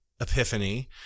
epiphany